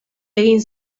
egin